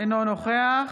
אינו נוכח